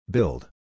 Build